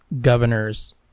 governors